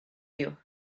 you